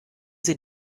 sie